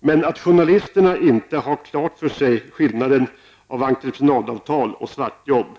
men journalisterna har inte klart för sig skillnaden mellan entreprenadsavtal och svartjobb.